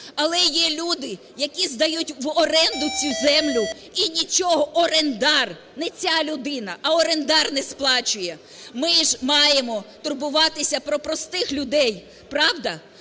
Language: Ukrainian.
Але є люди, які здають в оренду цю землю і нічого орендар, не ця людина, а орендар, не сплачує. Ми ж маємо турбуватися про простих людей, правда?